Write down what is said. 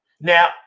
Now